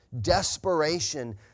desperation